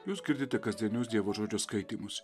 jūs girdite kasdienius dievo žodžio skaitymus